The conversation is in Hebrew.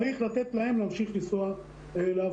צריך לתת להם להמשיך לנסוע לעבודה,